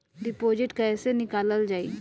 Deposit कैसे निकालल जाइ?